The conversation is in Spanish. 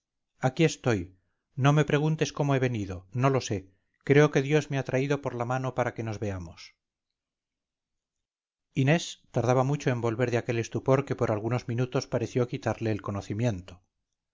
aquí estoy no me preguntes cómo he venido no lo sé creo que dios me ha traído por la mano para que nos veamos inés tardaba mucho en volver de aquel estupor que por algunos minutos pareció quitarle el conocimiento